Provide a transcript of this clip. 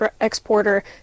exporter